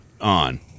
on